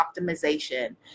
optimization